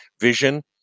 Vision